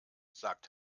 sagt